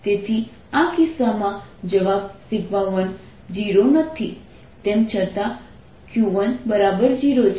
તેથી આ કિસ્સામાં જવાબ 10 છે તેમ છતાં Q10 છે 20 છે અને Q20 છે